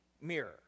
mirror